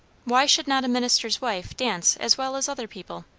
why should not a minister's wife dance as well as other people?